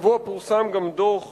השבוע פורסם גם דוח